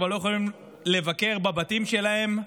כבר לא יכולים לבקר בבתים שלהם.